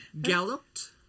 galloped